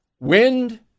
Wind